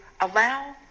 allow